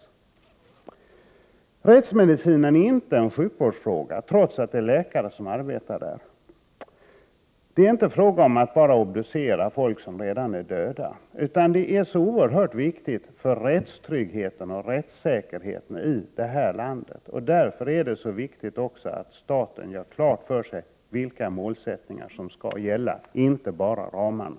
Men rättsmedicinen är inte en sjukvårdsfråga, trots att det är läkare som arbetar på området. Det är inte bara fråga om att obducera döda människor. Det är så oerhört viktigt för rättstryggheten och rättssäkerheten, och därför är det också viktigt att man gör klart för sig vilka målen skall vara. Det gäller alltså inte bara ramarna.